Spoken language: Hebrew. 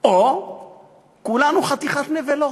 או שכולנו חתיכת נבלות,